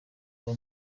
kuba